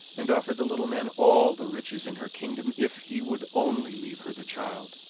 and offered the little man all the riches in her kingdom if he would only leave her the child.